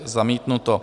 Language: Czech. Zamítnuto.